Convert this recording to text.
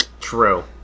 True